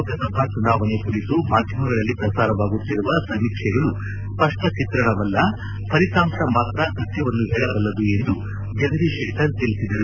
ಲೋಕಸಭಾ ಚುನಾವಣೆ ಕುರಿತು ಮಾಧ್ಯಮಗಳಲ್ಲಿ ಪ್ರಸಾರವಾಗುತ್ತಿರುವ ಸಮೀಕ್ಷೆಗಳು ಸ್ಪಷ್ಟ ಚಿತ್ರಣವಲ್ಲ ಫಲಿತಾಂಶ ಮಾತ್ರ ಸತ್ಲವನ್ನು ಹೇಳಬಲ್ಲದು ಎಂದು ಜಗದೀಶ್ ಶೆಟ್ಷರ್ ತಿಳಿಸಿದರು